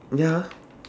ya ah